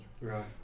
right